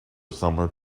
summer